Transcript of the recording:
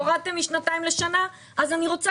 הורדתם משנתיים לשנה ולכן אני כבר רוצה